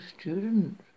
student